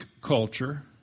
culture